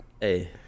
Hey